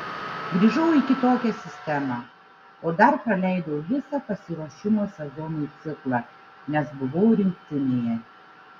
grįžau į kitokią sistemą o dar praleidau visą pasiruošimo sezonui ciklą nes buvau rinktinėje